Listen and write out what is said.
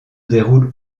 déroule